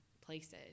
places